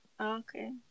Okay